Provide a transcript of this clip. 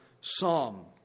psalm